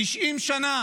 90 שנה